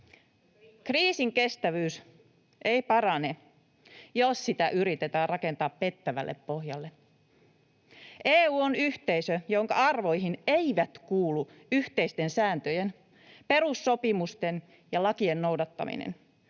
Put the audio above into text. Kriisinkestävyys ei parane, jos sitä yritetään rakentaa pettävälle pohjalle. EU on yhteisö, jonka arvoihin ei kuulu yhteisten sääntöjen, perussopimusten ja lakien noudattaminen,